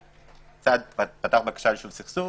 שצד פתח בבקשה ליישוב סכסוך.